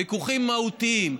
ויכוחים מהותיים,